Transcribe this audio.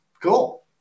Cool